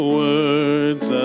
words